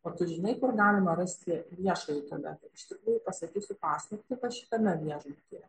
o tu žinai kur galima rasti viešąjį tualetą iš tikrųjų pasakysiu paslaptį kad šitame viešbutyje